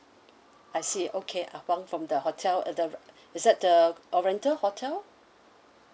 I see okay ah huang from the hotel at the is that the oriental hotel